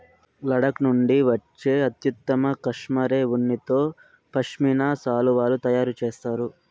లడఖ్ నుండి వచ్చే అత్యుత్తమ కష్మెరె ఉన్నితో పష్మినా శాలువాలు తయారు చేస్తారు